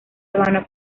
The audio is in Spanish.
habana